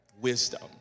wisdom